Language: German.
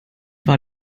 war